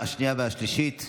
(אישור בדבר כשירות אווירית לכלי טיס של צבא זר),